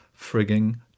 frigging